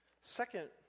Second